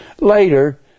later